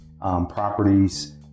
properties